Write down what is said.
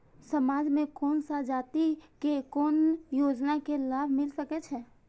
समाज में कोन सा जाति के कोन योजना के लाभ मिल सके छै?